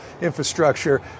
infrastructure